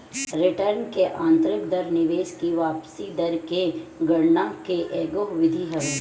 return की आतंरिक दर निवेश की वापसी दर की गणना के एगो विधि हवे